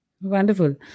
Wonderful